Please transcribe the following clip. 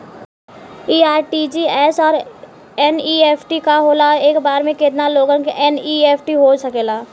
इ आर.टी.जी.एस और एन.ई.एफ.टी का होला और एक बार में केतना लोगन के एन.ई.एफ.टी हो सकेला?